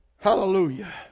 Hallelujah